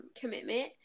commitment